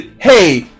hey